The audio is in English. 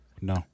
no